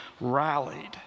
rallied